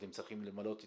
אתם צריכים למלא את